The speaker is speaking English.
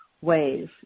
ways